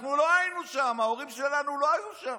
אנחנו לא היינו שם, ההורים שלנו לא היו שם.